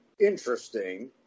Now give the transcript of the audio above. interesting